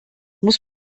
muss